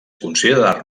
considerar